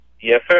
Yes